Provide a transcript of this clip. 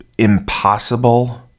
impossible